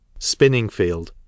Spinningfield